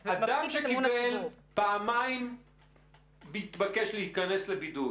לשון החוק מתייחסת למספר אנשים שהיו במגע קרוב,